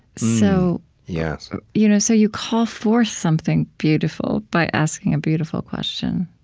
so yeah so you know so you call forth something beautiful by asking a beautiful question